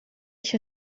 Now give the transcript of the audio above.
ich